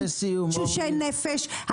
תשושי נפש -- אורלי,